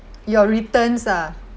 your returns ah